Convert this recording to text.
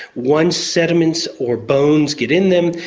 once sediments or bones get in them,